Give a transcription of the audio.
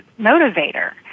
motivator